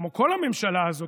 כמו כל הממשלה הזאת,